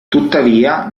tuttavia